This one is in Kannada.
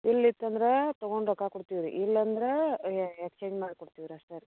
ಬಿಲ್ ಇತ್ತಂದ್ರೆ ತೊಗೊಂಡು ರೊಕ್ಕ ಕೊಡ್ತೀವಿ ರೀ ಇಲ್ಲಂದರೆ ಎಕ್ಸ್ಚೇಂಜ್ ಮಾಡಿ ಕೊಡ್ತೀವಿ ರೀ ಅಷ್ಟೇ ರೀ